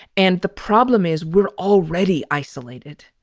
and the problem is we're already isolated.